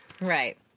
Right